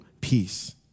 peace